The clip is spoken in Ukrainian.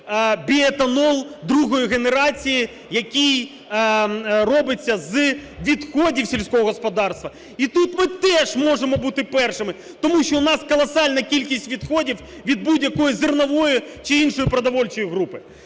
біоетанол другої генерації, який робиться з відходів сільського господарства. І тут ми теж можемо бути першими, тому що у нас колосальна кількість відходів від будь-якої зернової чи іншої продовольчої групи.